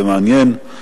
זה מעניין.